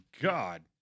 god